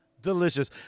Delicious